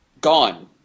Gone